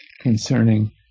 concerning